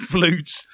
Flutes